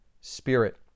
Spirit